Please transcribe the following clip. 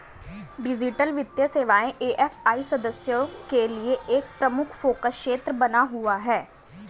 digital वित्तीय सेवाएं A F I सदस्यों के लिए एक प्रमुख फोकस क्षेत्र बना हुआ है